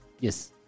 Yes